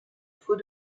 faux